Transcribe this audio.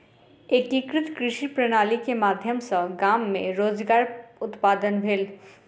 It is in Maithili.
एकीकृत कृषि प्रणाली के माध्यम सॅ गाम मे रोजगार उत्पादन भेल